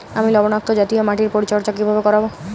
আমি লবণাক্ত জাতীয় মাটির পরিচর্যা কিভাবে করব?